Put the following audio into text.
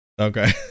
okay